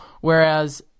Whereas